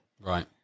Right